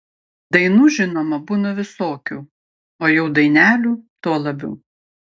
dainų žinoma būna visokių o jau dainelių tuo labiau